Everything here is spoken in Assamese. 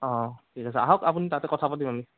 অ' ঠিক আছে আহক আপুনি তাতে কথা পাতিম আমি